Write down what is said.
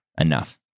enough